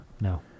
No